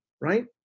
right